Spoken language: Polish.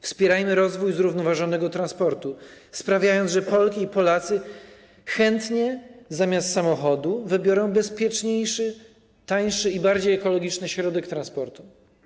Wspierajmy rozwój zrównoważonego transportu, sprawiając, że Polki i Polacy chętnie zamiast samochodu wybiorą bezpieczniejszy, tańszy i bardziej ekologiczny środek transportu.